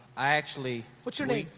i actually what's your name?